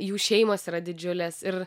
jų šeimos yra didžiulės ir